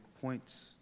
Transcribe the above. points